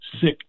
sick